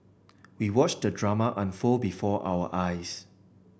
we watched the drama unfold before our eyes